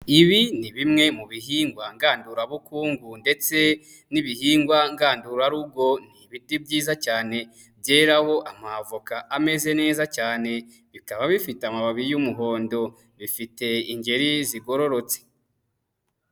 Ibi ni bimwe mu bihingwa ngandura bukungu ndetse n'ibihingwa ngandurarugo ni ibiti byiza cyane byeraho amavoka ameze neza cyane bikaba bifite amababi y'umuhondo, bifite ingeri zigororotse.